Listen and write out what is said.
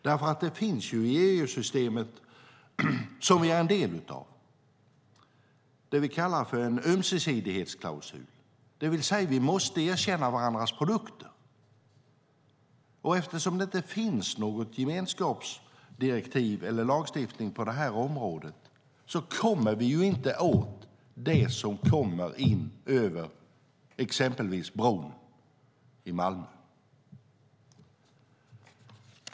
Det finns nämligen en del i EU-systemet - som vi är en del av - som vi kallar för en ömsesidighetsklausul, det vill säga att vi måste erkänna varandras produkter. Eftersom det inte finns något gemenskapsdirektiv eller någon lagstiftning på detta område kommer vi inte åt det som kommer in över exempelvis bron i Malmö.